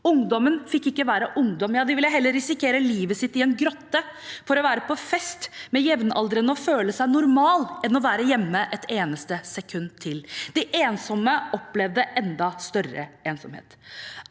Ungdommen fikk ikke være ungdom. Ja, de ville heller risikere livet sitt i en grotte for å være på fest med jevnaldrende og føle seg normale enn å være hjemme et eneste sekund til. De ensomme opplevde enda større ensomhet.